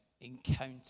encounter